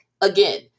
Again